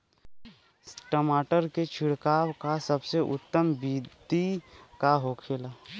टमाटर में छिड़काव का सबसे उत्तम बिदी का होखेला?